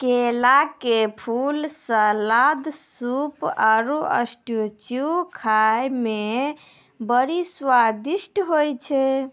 केला के फूल, सलाद, सूप आरु स्ट्यू खाए मे बड़ी स्वादिष्ट होय छै